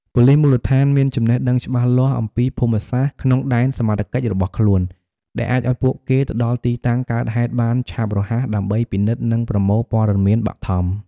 ប៉ូលិសមូលដ្ឋានមានចំណេះដឹងច្បាស់លាស់អំពីភូមិសាស្ត្រក្នុងដែនសមត្ថកិច្ចរបស់ខ្លួន ដែលអាចឲ្យពួកគេទៅដល់ទីតាំងកើតហេតុបានឆាប់រហ័សដើម្បីពិនិត្យ និងប្រមូលព័ត៌មានបឋម។